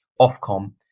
OFCOM